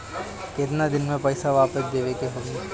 केतना दिन में पैसा वापस देवे के होखी?